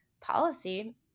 policy